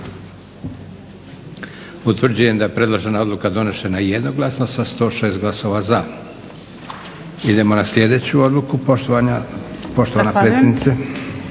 Utvrđujem da je predložena odluka donesena jednoglasno sa 106 glasova za. Idemo na slijedeću odluku, poštovan predsjednice.